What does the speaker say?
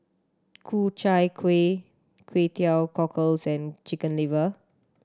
Ku Chai Kueh Kway Teow Cockles and Chicken Liver